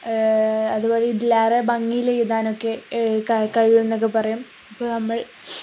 അതുപോലെ ഇതിലേറെ ഭംഗിയിലെഴുതാനൊക്കെ കഴിയുമെന്നൊക്കെ പറയും ഇപ്പോള് നമ്മൾ